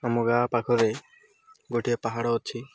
ଆମ ଗାଁ ପାଖରେ ଗୋଟିଏ ପାହାଡ଼ ଅଛି